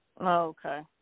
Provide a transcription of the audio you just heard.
Okay